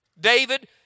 David